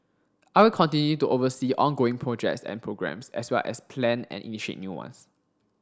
I will continue to oversee ongoing projects and programmes as well as plan and initiate new ones